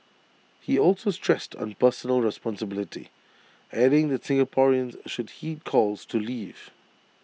he also stressed on personal responsibility adding that Singaporeans should heed calls to leave